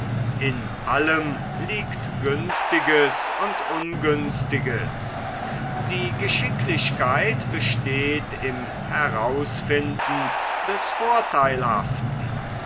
in allem liegt günstiges und ungünstiges die geschicklichkeit besteht im herausfinden des vorteilhaften